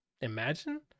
Imagine